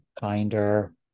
kinder